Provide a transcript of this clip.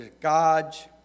God's